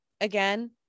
again